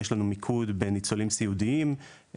יש לנו מיקוד בניצולים סיעודיים,